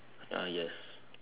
uh yes